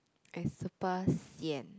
I super sian